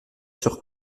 sur